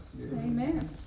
Amen